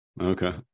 Okay